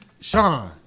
Sean